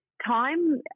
Time